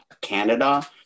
Canada